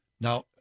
Now